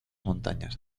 montañas